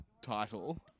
title